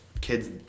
kids